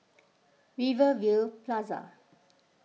Rivervale Plaza